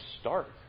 start